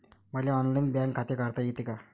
मले online bank खाते काढता येते का?